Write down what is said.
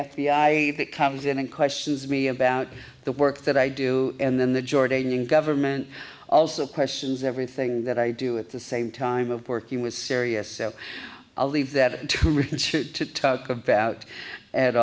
i that comes in and questions me about the work that i do and then the jordanian government also questions everything that i do at the same time of working with sirius so i'll leave that to reconsider to talk about at